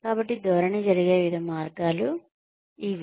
కాబట్టి ధోరణి జరిగే వివిధ మార్గాలు ఇవి